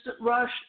rush